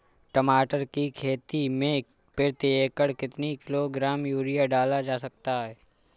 टमाटर की खेती में प्रति एकड़ कितनी किलो ग्राम यूरिया डाला जा सकता है?